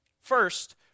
First